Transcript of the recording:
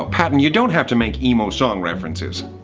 patton, you don't have to make emo song references.